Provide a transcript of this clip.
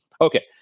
Okay